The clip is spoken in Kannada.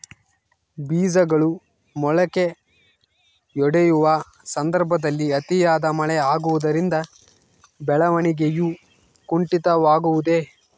ಬೇಜಗಳು ಮೊಳಕೆಯೊಡೆಯುವ ಸಂದರ್ಭದಲ್ಲಿ ಅತಿಯಾದ ಮಳೆ ಆಗುವುದರಿಂದ ಬೆಳವಣಿಗೆಯು ಕುಂಠಿತವಾಗುವುದೆ?